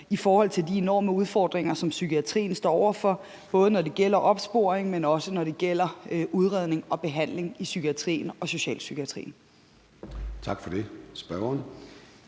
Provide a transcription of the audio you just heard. i forhold til de enorme udfordringer, som psykiatrien står over for, både når det gælder opsporing, men også når det gælder udredning og behandling i psykiatrien og socialpsykiatrien.